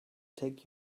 take